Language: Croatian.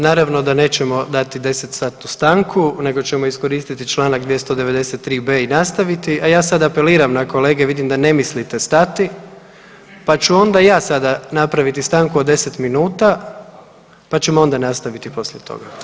Naravno da nećemo dati 10-satnu stanku nego ćemo iskoristiti čl. 293b i nastaviti, a ja sada apeliram na kolege, vidim da ne mislite stati, pa ću onda ja sada napraviti stanku od 10 minuta pa ćemo onda nastaviti poslije toga.